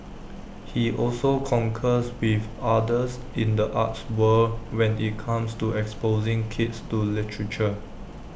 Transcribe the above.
he also concurs with others in the arts world when IT comes to exposing kids to literature